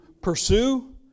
pursue